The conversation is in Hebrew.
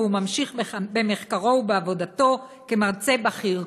והוא ממשיך במחקרו ובעבודתו כמרצה בכיר.